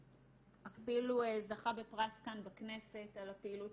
אפילו זכה בפרס כאן בכנסת על הפעילות